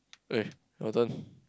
okay your turn